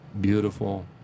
beautiful